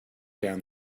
down